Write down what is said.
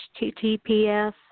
https